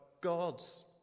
God's